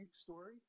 story